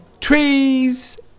trees